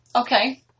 Okay